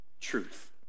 truth